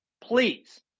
please